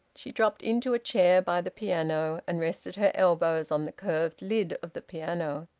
she dropped into a chair by the piano, and rested her elbows on the curved lid of the piano.